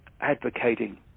advocating